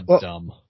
Dumb